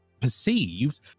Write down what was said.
perceived